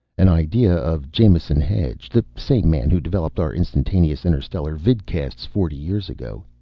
an idea of jamison hedge the same man who developed our instantaneous interstellar vidcasts forty years ago.